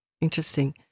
Interesting